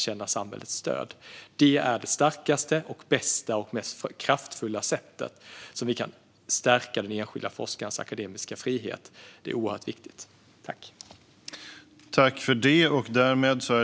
Det är det starkaste, bästa och mest kraftfulla sättet som vi kan stärka den enskilda forskarens akademiska frihet på. Det är oerhört viktigt. Svar på interpellationer